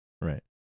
Right